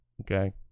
okay